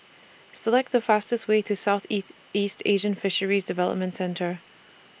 Select The fastest Way to Southeast East Asian Fisheries Development Centre